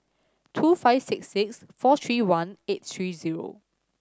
two five six six four three one eight three zero